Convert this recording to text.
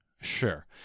sure